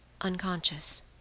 unconscious